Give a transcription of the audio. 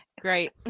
Great